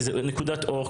נקודת אור.